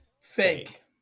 fake